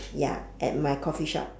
ya at my coffee shop